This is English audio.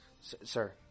Sir